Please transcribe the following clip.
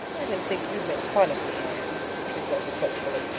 i didn't think you'd make fun of me, anne, she said reproachfully.